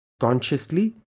Consciously